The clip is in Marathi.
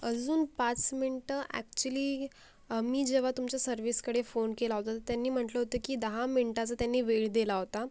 अजून पाच मिनटं अॅक्च्युली मी जेव्हा तुमच्या सर्विसकडे फोन केला होता त्यांनी म्हटलं होतं की दहा मिनटाचा त्यांनी वेळ दिला होता